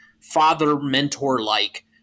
father-mentor-like